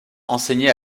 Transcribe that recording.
enseigner